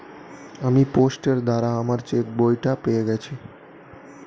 আমি পোস্টের দ্বারা আমার চেকবইটা পেয়ে গেছি